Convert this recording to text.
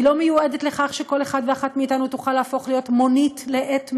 היא לא מיועדת לכך שכל אחד ואחת מאתנו תוכל להפוך להיות מונית לעת מצוא,